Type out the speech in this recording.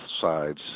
sides